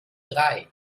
drei